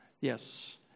Yes